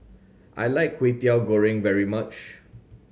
I like Kwetiau Goreng very much